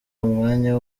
umwanya